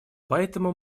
поэтому